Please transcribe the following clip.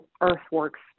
Earthworks